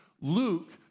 Luke